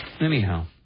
Anyhow